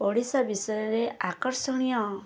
ଓଡ଼ିଶା ବିଷୟରେ ଆକର୍ଷଣୀୟ